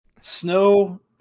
Snow